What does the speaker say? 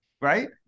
Right